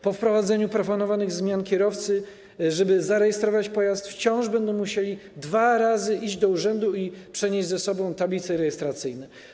Po wprowadzeniu proponowanych zmian kierowcy, żeby zarejestrować pojazd, wciąż będą musieli dwa razy iść do urzędu i przynieść ze sobą tablice rejestracyjne.